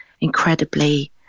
incredibly